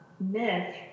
myth